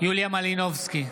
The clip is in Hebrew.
יוליה מלינובסקי,